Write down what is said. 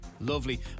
Lovely